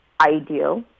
ideal